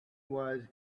was